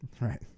Right